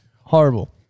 Horrible